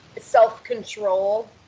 self-control